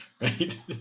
right